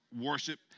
worship